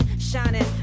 Shining